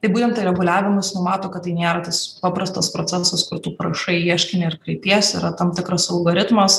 tai būtent ir reguliavimas numato kad tai nėra tas paprastas procesas kada tu parašai ieškinį ir kreipiesi yra tam tikras algoritmas